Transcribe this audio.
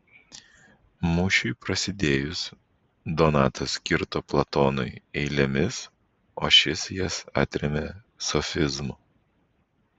mūšiui prasidėjus donatas kirto platonui eilėmis o šis jas atrėmė sofizmu